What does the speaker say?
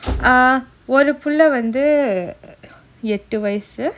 ah ஒருபிள்ளைவந்துஎட்டுவயசு:oru pillai vandhu ettu vayasu